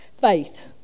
faith